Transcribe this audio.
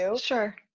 Sure